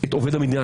את עובד המדינה,